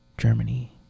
germany